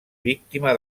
víctima